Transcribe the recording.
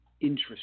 interest